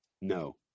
No